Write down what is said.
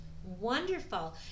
Wonderful